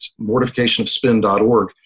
mortificationofspin.org